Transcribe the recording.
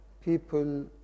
People